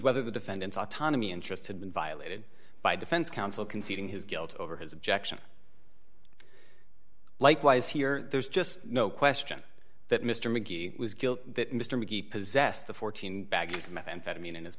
whether the defendant's autonomy interests had been violated by defense counsel conceding his guilt over his objection likewise here there's just no question that mr mcgee was guilty that mr mcgee possessed the fourteen bags of methamphetamine in his